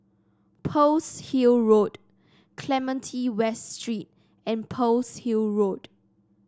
Pearl's Hill Road Clementi West Street and Pearl's Hill Road